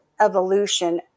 evolution